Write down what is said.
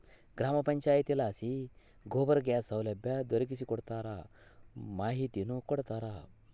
ಗ್ರಾಮ ಪಂಚಾಯಿತಿಲಾಸಿ ಗೋಬರ್ ಗ್ಯಾಸ್ ಸೌಲಭ್ಯ ದೊರಕಿಸಿಕೊಡ್ತಾರ ಮಾಹಿತಿನೂ ಕೊಡ್ತಾರ